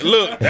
Look